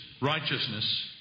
righteousness